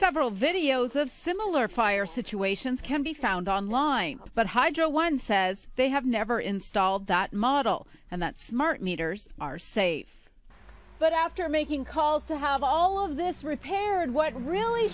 several videos of similar fire situations can be found online but hydro one says they have never installed that model and that smart meters are safe but after making calls to have all of this repaired what really